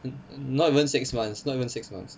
um not even six months not even six months